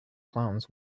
clowns